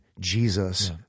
Jesus